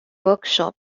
workshop